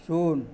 ଶୂନ